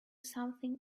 something